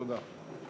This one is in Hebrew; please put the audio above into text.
תודה.